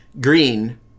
green